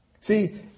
See